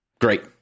Great